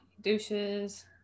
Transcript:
Douches